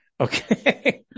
okay